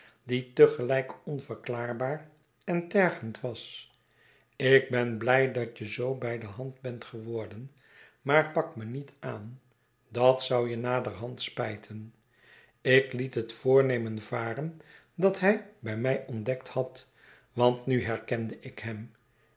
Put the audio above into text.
die te gelijk onverklaarbaar en tergend was ik ben blij dat je zoo bij de hand bent geworden maar pak me niet aan dat zou je naderhand spijten ik liet het voornemen varen dat hij bij mij ontdekt had want nu herkende ik hem